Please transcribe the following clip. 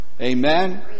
Amen